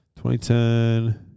2010